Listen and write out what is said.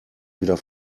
wieder